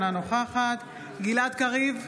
אינה נוכחת גלעד קריב,